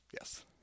yes